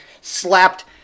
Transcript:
slapped